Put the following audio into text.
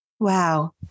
Wow